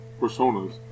personas